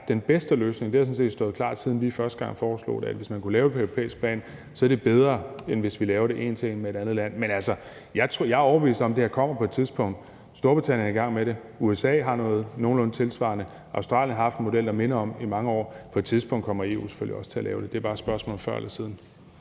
den bedste løsning, og det har sådan set stået klart, siden vi første gang foreslog det, altså at hvis man kunne lave det på europæisk plan, er det bedre, end hvis vi laver det en til en med et andet land. Men jeg er overbevist om, at det her kommer på et tidspunkt. Storbritannien er i gang med det, USA har noget nogenlunde tilsvarende, Australien har haft en model, der minder om det i mange år, og på et tidspunkt kommer EU selvfølgelig også til at lave det, så det er bare et spørgsmål om før eller siden.